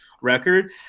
record